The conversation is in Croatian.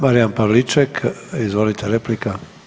Marijan Pavliček, izvolite replika.